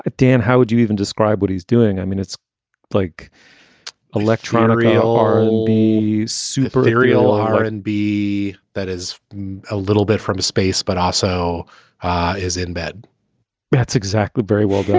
ah dan, how would you even describe what he's doing? i mean, it's like electronically are and these super aerial r and b? that is a little bit from space, but also is in bed mats exactly. very well, but